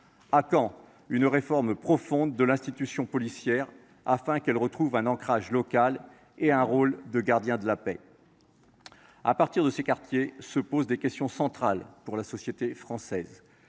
À quand une réforme profonde de l’institution policière afin qu’elle retrouve un ancrage local et un rôle de gardien de la paix ? À partir de ces quartiers se posent des questions centrales pour la société française